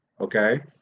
okay